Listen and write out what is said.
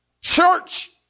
Church